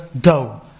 dough